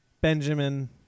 Benjamin